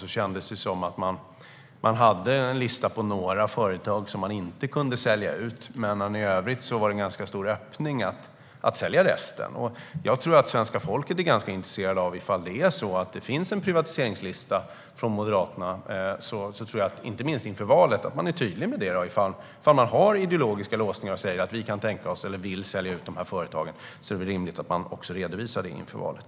Då kändes det som att man hade en lista på några företag som man inte kunde sälja ut men att det fanns en ganska stor öppning för att sälja resten. Jag tror att svenska folket är ganska intresserade av att veta ifall Moderaterna har en privatiseringslista. Då kanske man, inte minst inför valet, ska vara tydliga med ifall man har ideologiska låsningar. Man kan säga: "Vi vill sälja ut de här företagen." Det är väl rimligt att man i så fall redovisar det inför valet.